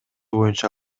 боюнча